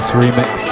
remix